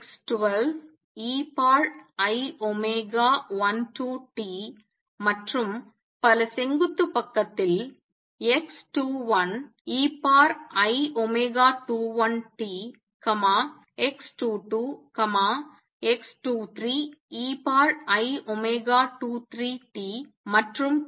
x11 x12 ei12t மற்றும் பல செங்குத்து பக்கத்தில் x21 ei21t x22 x23 ei23tமற்றும் பல